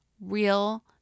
real